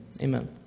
amen